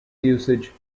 usage